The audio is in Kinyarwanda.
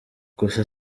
gusa